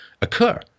occur